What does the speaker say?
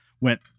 went